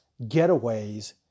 getaways